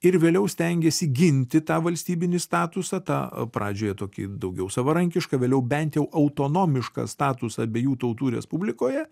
ir vėliau stengėsi ginti tą valstybinį statusą tą pradžioje tokį daugiau savarankišką vėliau bent jau autonomišką statusą abiejų tautų respublikoje